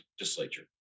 legislature